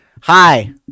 hi